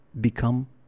become